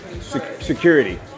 security